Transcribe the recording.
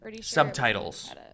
subtitles